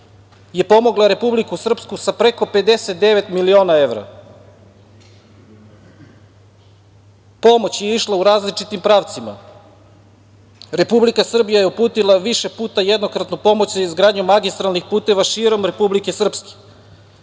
je pomogla Republiku Srpsku sa preko 59 miliona evra. Pomoć je išla u različitim pravcima. Republika Srbija je uputila više puta jednokratnu pomoć za izgradnju magistralnih puteva širom Republike Srpske.